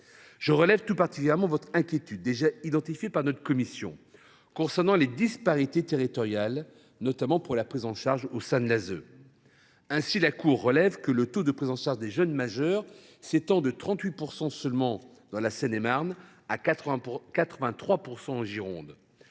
Je relève tout particulièrement votre inquiétude, déjà identifiée par notre commission, concernant les disparités territoriales dans la prise en charge par l’ASE. Ainsi, la Cour relève que le taux de prise en charge des jeunes majeurs varie de 38 % seulement en Seine et Marne à 83 % en Gironde